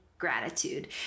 gratitude